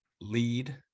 lead